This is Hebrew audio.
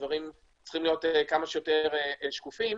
הדברים צריכים להיות כמה שיותר שקופים.